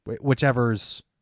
whichever's